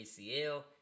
ACL